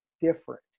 different